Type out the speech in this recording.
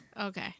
Okay